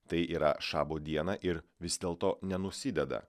tai yra šabo dieną ir vis dėlto nenusideda